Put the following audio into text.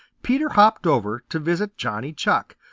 peter hopped over to visit johnny chuck,